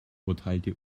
urteilte